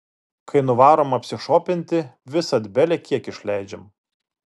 kai nuvarom apsišopinti visad belekiek išleidžiam